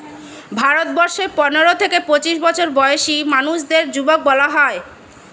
ভারতবর্ষে পনেরো থেকে পঁচিশ বছর বয়সী মানুষদের যুবক বলা হয়